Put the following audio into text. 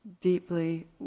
deeply